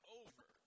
over